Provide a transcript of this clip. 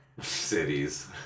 Cities